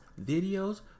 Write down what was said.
videos